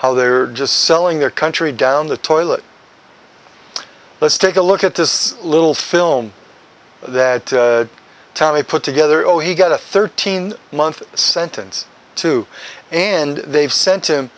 how there are just selling their country down the toilet let's take a look at this little film that talley put together oh he got a thirteen month sentence too and they've sent him